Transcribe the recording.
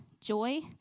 joy